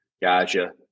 Gotcha